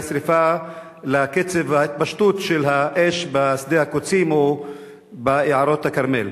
לכיבוי השרפה לקצב ההתפשטות של האש בשדה הקוצים או ביערות הכרמל.